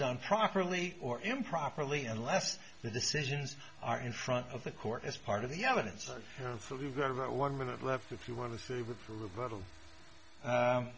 done properly or improperly unless the decisions are in front of the court as part of the evidence and we've got about one minute left if you